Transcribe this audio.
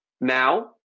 Now